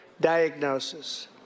diagnosis